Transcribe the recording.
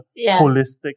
holistic